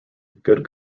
good